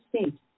state